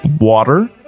Water